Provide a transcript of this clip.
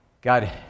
God